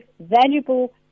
valuable